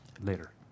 later